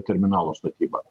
terminalo statyba